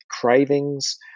cravings